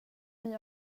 mig